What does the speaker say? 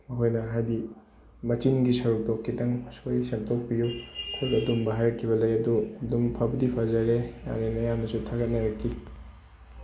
ꯃꯈꯣꯏꯅ ꯍꯥꯏꯗꯤ ꯃꯆꯤꯟꯒꯤ ꯁꯔꯨꯛꯇꯣ ꯈꯤꯇꯪ ꯁꯣꯏ ꯁꯦꯝꯇꯣꯛꯄꯤꯎ ꯑꯗꯨꯒꯨꯝꯕ ꯍꯥꯏꯔꯛꯈꯤꯕ ꯂꯩ ꯑꯗꯣ ꯑꯗꯨꯝ ꯐꯕꯨꯗꯤ ꯐꯖꯔꯦ ꯃꯌꯥꯝꯅꯁꯨ ꯊꯥꯒꯠꯅꯔꯛꯈꯤ